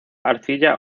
arcilla